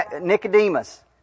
Nicodemus